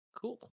Cool